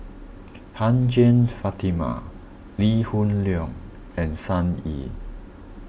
Hajjah Fatimah Lee Hoon Leong and Sun Yee